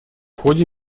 ходе